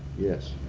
yes.